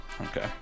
Okay